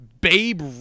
Babe